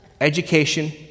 Education